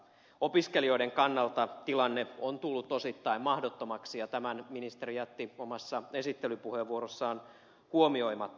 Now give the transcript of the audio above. opiskelijoiden kannalta tilanne on tullut osittain mahdottomaksi ja tämän ministeri jätti omassa esittelypuheenvuorossaan huomioimatta